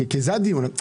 כי זה הדיון.